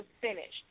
finished